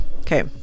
Okay